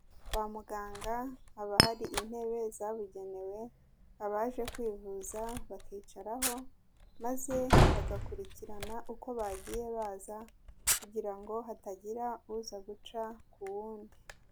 Kwa muganga haba hari intebe zabugenewe, abaje kwivuza bakicaraho, maze bagakurikirana uko bagiye baza, kugira ngo hatagira uza guca ku wundi.